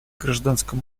гражданскому